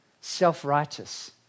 self-righteous